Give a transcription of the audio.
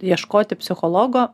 ieškoti psichologo